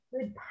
good